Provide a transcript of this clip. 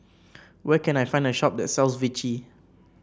where can I find a shop that sells Vichy